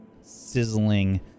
Sizzling